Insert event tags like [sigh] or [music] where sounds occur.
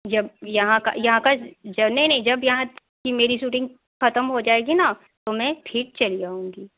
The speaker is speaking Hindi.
जब यहाँ का यहाँ का [unintelligible] नहीं जब यहाँ की मेरी शूटिंग ख़त्म हो जाएगी ना तो मैं फिर चली आऊँगी